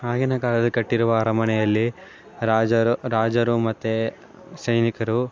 ಆಗಿನ ಕಾಲದಲ್ಲಿ ಕಟ್ಟಿರುವ ಅರಮನೆಯಲ್ಲಿ ರಾಜರು ರಾಜರು ಮತ್ತು ಸೈನಿಕರು